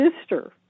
sister